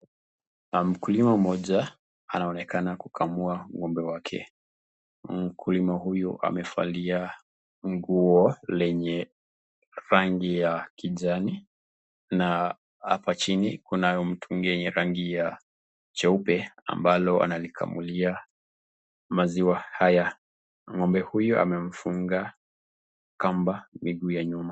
Mkulima moja anaonekana kukamua ngo'mbe wake , mkulima huyu amevalia nguo lenye rangi ya kijani na hapa chini kuna mtu yenye rangi ya jeupe ambalo linakamulia maziwa haya, ngo'mbe huyu amefunga miguu ya nyuma.